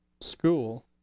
school